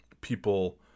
people